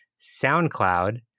soundcloud